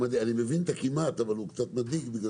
מבין את ה'כמעט', אבל הוא קצת מדאיג.